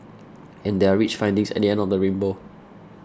and there are rich findings at the end of the rainbow